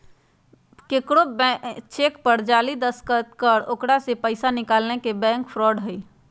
केकरो चेक पर जाली दस्तखत कर ओकरा से पैसा निकालना के बैंक फ्रॉड हई